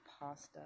pasta